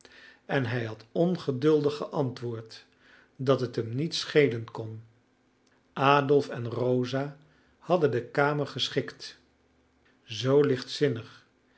en hij had ongeduldig geantwoord dat het hem niet schelen kon adolf en rosa hadden de kamer geschikt zoo lichtzinnig